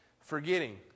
forgetting